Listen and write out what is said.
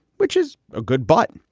which is a good but.